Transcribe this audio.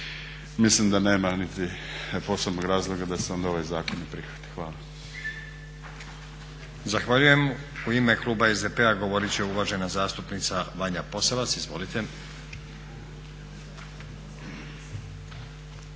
Mislim da nema niti posebnog razloga da se ovaj zakon ne prihvati. Hvala. **Stazić, Nenad (SDP)** Zahvaljujem. U ime kluba SDP-a govoriti će uvažena zastupnica Vanja Posavac. Izvolite.